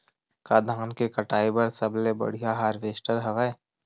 का धान के कटाई बर सबले बढ़िया हारवेस्टर हवय?